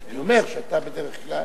אני אומר שאתה בדרך כלל,